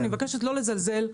אני מבקשת לא לזלזל,